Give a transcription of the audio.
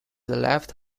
left